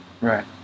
right